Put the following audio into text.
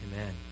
Amen